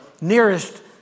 nearest